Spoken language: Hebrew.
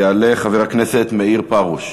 יעלה חבר הכנסת מאיר פרוש.